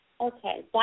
Okay